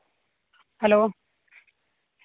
hello